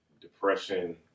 depression